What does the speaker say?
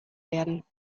werden